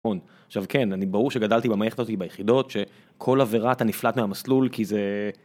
עכשיו כן אני ברור שגדלתי במערכת אותי ביחידות שכל עבירה אתה נפלט מהמסלול כי זה.